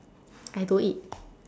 I don't eat